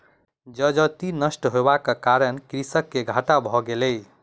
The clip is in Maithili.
जजति नष्ट होयबाक कारणेँ कृषक के घाटा भ गेलै